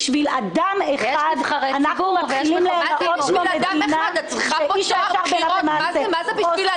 בשביל אדם אחד אנחנו מתחילים להיראות כמו מדינה שאיש הישר בעיניו יעשה.